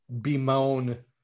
bemoan